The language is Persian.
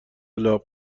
لعاب